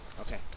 Okay